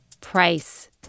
price